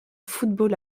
football